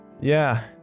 Yeah